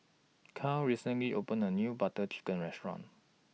Karel recently opened A New Butter Chicken Restaurant